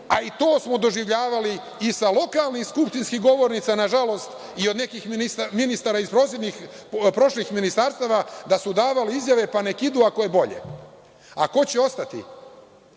a i to smo doživljavali i sa lokalnih skupštinskih govornica, nažalost, i od nekih ministara iz prošlih ministarstava da su davali izjave - pa nek idu ako je bolje. Ko će ostati?